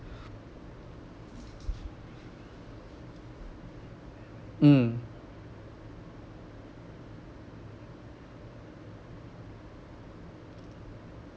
mm